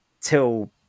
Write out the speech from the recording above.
till